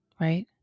right